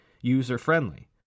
user-friendly